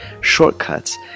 Shortcuts